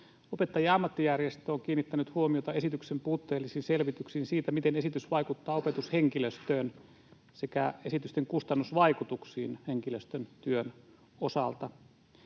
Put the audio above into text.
Opettajien ammattijärjestö on kiinnittänyt huomiota esityksen puutteellisiin selvityksiin siitä, miten esitys vaikuttaa opetushenkilöstöön, sekä esitysten kustannusvaikutuksiin henkilöstön työn osalta.